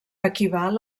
equival